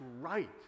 right